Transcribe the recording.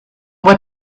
what